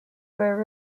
were